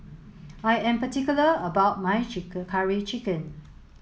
I am particular about my curry chicken